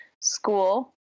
school